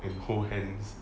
and hold hands